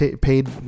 paid